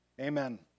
Amen